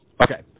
Okay